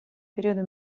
periodo